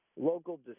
local